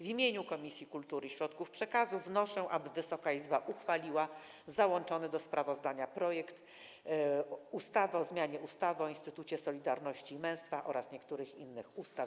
W imieniu Komisji Kultury i Środków Przekazu wnoszę, aby Wysoka Izba uchwaliła załączony do sprawozdania projekt ustawy o zmianie ustawy o Instytucie Solidarności i Męstwa oraz niektórych innych ustaw.